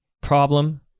Problem